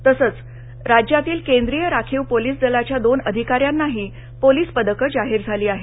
तसंच राज्यातील केंद्रीय राखीव पोलीस दलाच्या दोन अधिकाऱ्यांनाही पोलीस पदकं जाहीर झाली आहेत